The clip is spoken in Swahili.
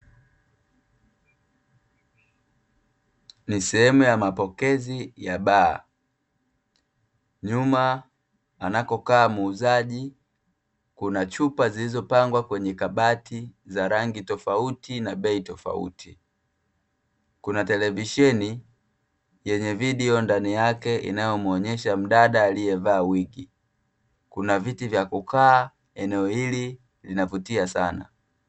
Ni sehemu ya mapokezi ya baa, nyuma anakokaa muuzaji kuna chupa zilizopangwa kwenye kabati za rangi tofauti na bei tofauti. Kuna televisheni yenye video ndani yake, inayomuonyesha mdada aliyevaa wigi. Kuna viti vya kukaa, eneo hili linavutia sana.